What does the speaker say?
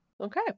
Okay